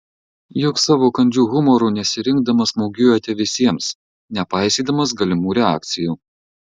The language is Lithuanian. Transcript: juk savo kandžiu humoru nesirinkdamas smūgiuojate visiems nepaisydamas galimų reakcijų